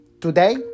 Today